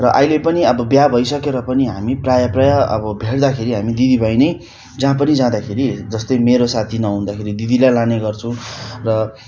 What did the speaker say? र अहिले पनि अब बिहे भइसकेर पनि हामी प्रायः प्रायः अब भेट्दाखेरि हामी दिदी भाइ नै जहाँ पनि जाँदाखेरि जस्तै मेरो साथी नहुँदाखेरि दिदीलाई लाने गर्छु र